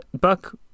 Buck